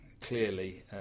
clearly